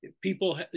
People